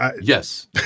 Yes